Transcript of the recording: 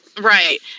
right